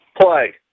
play